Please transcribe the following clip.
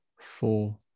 four